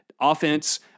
offense